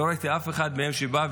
לא ראיתי אף אחד מהם בא,